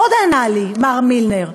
עוד ענה לי מר מילנר: